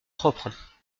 propres